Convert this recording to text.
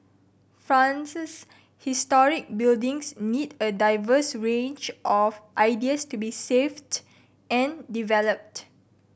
France's historic buildings need a diverse range of ideas to be saved and developed